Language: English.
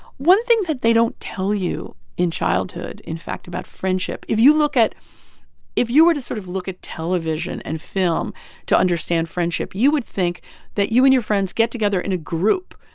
one thing that they don't tell you in childhood, in fact, about friendship if you look at if you were to sort of look at television and film to understand friendship, you would think that you and your friends get together in a group,